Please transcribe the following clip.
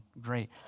great